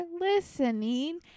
listening